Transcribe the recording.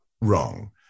wrong